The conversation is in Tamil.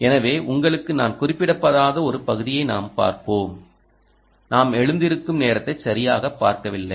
எனவே உங்களுக்கு நான் குறிப்பிடாத ஒரு பகுதியை நாம் பார்ப்போம் நாம் எழுந்திருக்கும் நேரத்தை சரியாகப் பார்க்கவில்லை